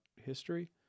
history